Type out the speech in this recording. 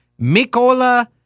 Mikola